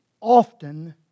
often